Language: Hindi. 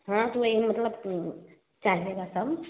हाँ तो यही मतलब चाहेगा सब